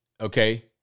Okay